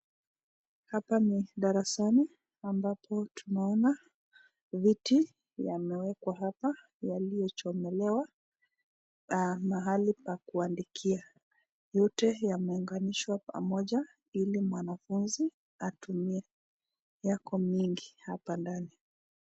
Hapa ni darasani, ambapo tunaona viti yamewekwa hapa yaliyochomelewa mahali pa kuandikia. Yote yameunganishwa pamoja ili mwanafunzi atumie. Yako mengi hapa ndani.